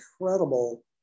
incredible